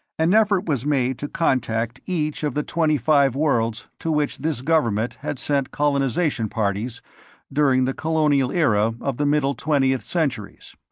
an effort was made to contact each of the twenty-five worlds to which this government had sent colonization parties during the colonial era of the middle twentieth centuries.